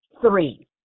three